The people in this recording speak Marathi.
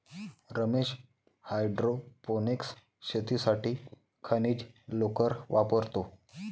रमेश हायड्रोपोनिक्स शेतीसाठी खनिज लोकर वापरतो